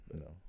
No